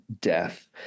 death